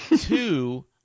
Two